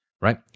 right